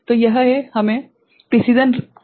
तो यह है हमें सटीक अवरोधक की आवश्यकता है